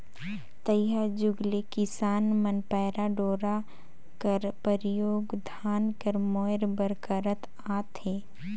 तइहा जुग ले किसान मन पैरा डोरा कर परियोग धान कर मोएर बर करत आत अहे